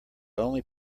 only